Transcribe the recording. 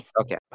Okay